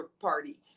party